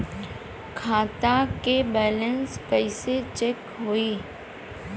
खता के बैलेंस कइसे चेक होई?